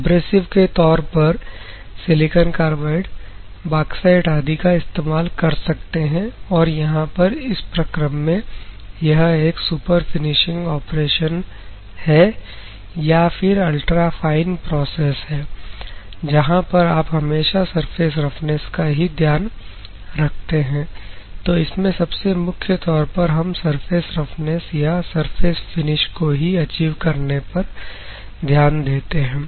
abrasive के तौर पर सिलिकॉन कार्बाइड बॉक्साइट आदि का इस्तेमाल कर सकते हैं और यहां पर इस प्रकरण में यह एक सुपरफिनिशिंग ऑपरेशन है या फिर अल्ट्रा फाइन प्रोसेस है जहां पर आप हमेशा सरफेस रफनेस का ही ध्यान रखते हैं तो इसमें सबसे मुख्य तौर पर हम सरफेस रफनेस या सर्फेस फिनिश को ही अचीव करने पर ध्यान देते हैं